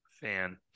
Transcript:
fan